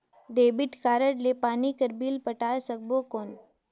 Debit card ले पानी कर बिल पटाय सकबो कौन?